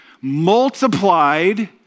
multiplied